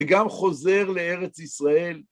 וגם חוזר לארץ ישראל.